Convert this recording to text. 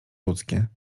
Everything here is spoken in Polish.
ludzkie